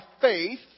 faith